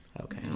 okay